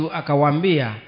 akawambia